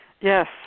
Yes